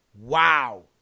Wow